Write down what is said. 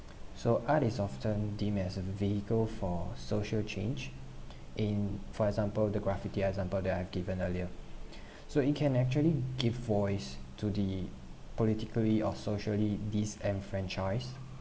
so art is often deemed as a vehicle for social change in for example the graffiti example that I've given earlier so it can actually give voice to the politically or socially disenfranchised